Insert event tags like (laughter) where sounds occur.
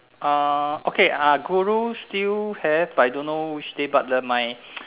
uh okay uh guru still have but I don't know which day but the my (noise)